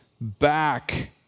back